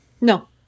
No